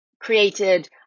created